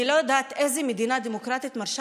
אני לא יודעת איזו מדינה דמוקרטית מרשה